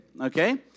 okay